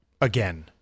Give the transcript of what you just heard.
Again